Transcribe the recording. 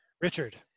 Richard